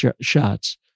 shots